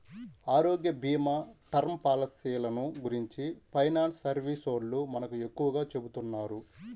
ఆరోగ్యభీమా, టర్మ్ పాలసీలను గురించి ఫైనాన్స్ సర్వీసోల్లు మనకు ఎక్కువగా చెబుతున్నారు